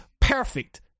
perfect